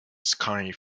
sky